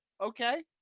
Okay